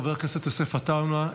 חבר הכנסת יוסף עטאונה,